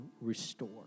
restore